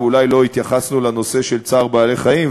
ואולי לא התייחסנו לנושא צער בעלי-חיים,